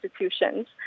institutions